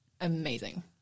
amazing